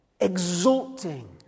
exulting